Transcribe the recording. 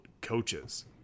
coaches